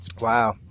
Wow